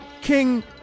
King